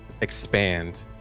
expand